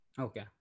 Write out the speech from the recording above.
Okay